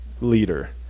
leader